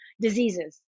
diseases